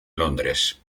londres